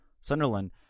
Sunderland